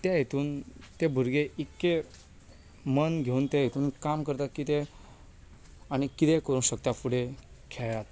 त्या हातूंत ते भुरगे इतके मन घेवन त्या हातूंत काम करता की ते आनी कितें करूंक शकतात फुडें खेळांत